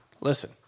listen